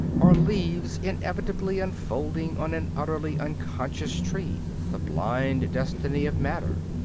are leaves inevitably unfolding on an utterly unconscious tree the blind destiny of matter.